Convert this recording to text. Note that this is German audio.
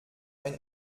ein